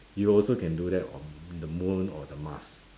you also can do that on the moon or the mars